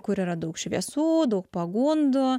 kur yra daug šviesų daug pagundų